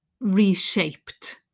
reshaped